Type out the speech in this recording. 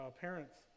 parents